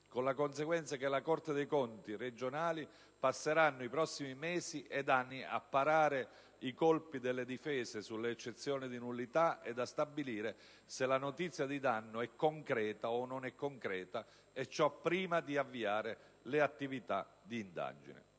con la conseguenza che le sezioni regionali della Corte dei conti passeranno i prossimi mesi e anni a parare i colpi delle difese sulle eccezioni di nullità e a stabilire se la notizia di danno è concreta o non è concreta, e ciò prima di avviare le attività di indagine.